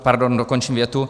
Pardon, dokončím větu.